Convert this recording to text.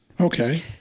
Okay